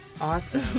Awesome